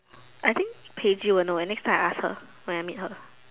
I think Paige would know eh next time I ask her when I meet her